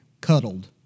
cuddled